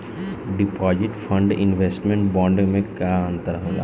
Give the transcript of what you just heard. Deposit and investment bond मे का अंतर होला?